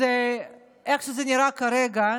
אז איך שזה נראה כרגע,